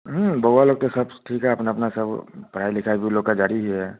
बुआ लोग तो सब ठीक है अपना अपना पढ़ाई लिखाई उन लोग का जारी ही है